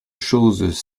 choses